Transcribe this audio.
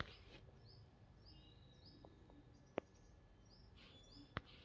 ಔಷಧಿ ಸಿಂಪಡಿಸಕ ಯಾವ ಉಪಕರಣ ಬಳಸುತ್ತಾರಿ?